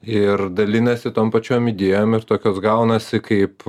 ir dalinasi tom pačiom idėjom ir tokios gaunasi kaip